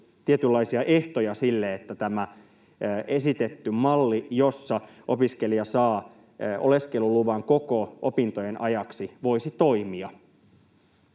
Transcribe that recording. tietynlaisia ehtoja sille, että tämä esitetty malli, jossa opiskelija saa oleskeluluvan koko opintojen ajaksi, voisi toimia,